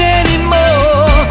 anymore